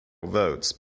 votes